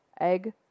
egg